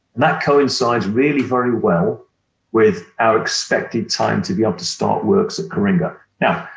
that coincides really very well with our expected time to be able to start works at coringa. now,